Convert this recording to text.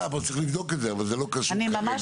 צריך לבדוק את זה אבל זה לא קשור --- אני ממש